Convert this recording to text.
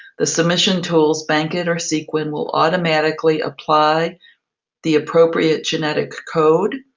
the submission tools bankit or sequin, will automatically apply the appropriate genetic code.